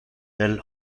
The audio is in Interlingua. del